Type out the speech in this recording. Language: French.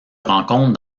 rencontre